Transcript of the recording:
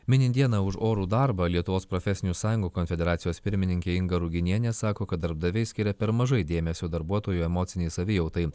minint dieną už orų darbą lietuvos profesinių sąjungų konfederacijos pirmininkė inga ruginienė sako kad darbdaviai skiria per mažai dėmesio darbuotojų emocinei savijautai